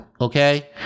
okay